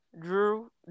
Drew